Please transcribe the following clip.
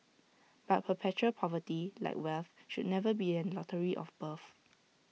but perpetual poverty like wealth should never be A lottery of birth